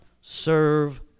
serve